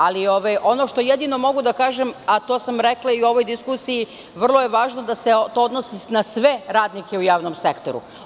Ali, ono što jedino mogu da kažem, a to sam rekla i u ovoj diskusiji, vrlo je važno da se to odnosi na sve radnike u javnom sektoru.